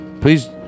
Please